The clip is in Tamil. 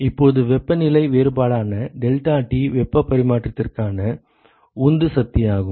இப்போது வெப்பநிலை வேறுபாடான deltaT வெப்பப் பரிமாற்றத்திற்கான உந்து சக்தியாகும்